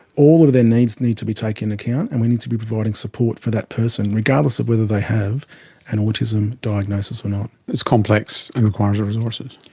all of their needs need to be taken into account and we need to be providing support for that person, regardless of whether they have an autism diagnosis or not. it's complex and requires resources.